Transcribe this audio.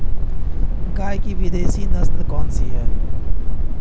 गाय की विदेशी नस्ल कौन सी है?